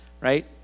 right